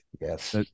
yes